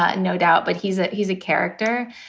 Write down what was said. ah and no doubt. but he's a he's a character.